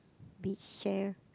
beach chair